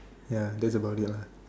ya that's about it lah